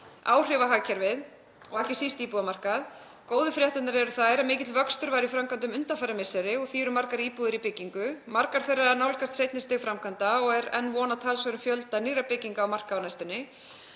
áhrif á hagkerfið og ekki síst íbúðamarkað. Góðu fréttirnar eru þær að mikill vöxtur var í framkvæmdum undanfarin misseri og því eru margar íbúðir í byggingu, margar þeirra að nálgast seinni stig framkvæmda og er enn von á talsverðum fjölda nýrra bygginga á markað á næstunni.